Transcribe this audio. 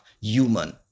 human